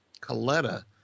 Coletta